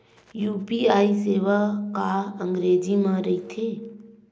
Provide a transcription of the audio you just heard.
UPI सेवा का अंग्रेजी मा रहीथे?